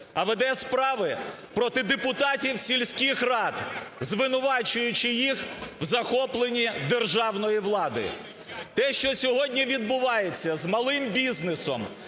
а веде справи проти депутатів сільських рад, звинувачуючи їх в захоплені державної влади. Те, що сьогодні відбувається з малим бізнесом,